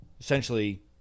essentially